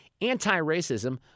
anti-racism